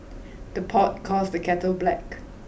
the pot calls the kettle black